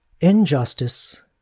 Injustice